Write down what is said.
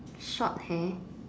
short hair